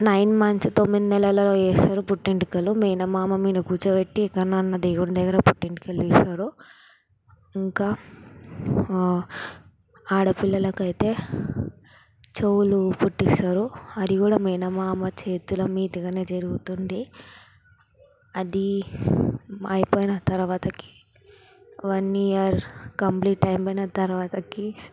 nine months తొమ్మిది నెలలలో చేస్తారు పుట్టు వెంట్రుకలు మేనమామ మీద కూర్చోబెట్టి ఎక్కడైనా దేవుని దగ్గర పుట్టు వెంట్రుకలు తీస్తారు ఇంకా ఆడపిల్లలకైతే చెవులు కుట్టిస్తారు అది కూడా మేనమామ చేతుల మీదుగానే జరుగుతుంది అది అయిపోయిన తరువాతకి వన్ ఇయర్ కంప్లీట్ అయిపోయిన తరువాతకి